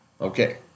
Okay